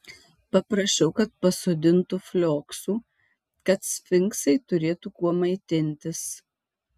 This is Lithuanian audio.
paprašiau kad pasodintų flioksų kad sfinksai turėtų kuo maitintis